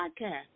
podcast